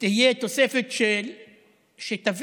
ותהיה תוספת שתביא